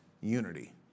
unity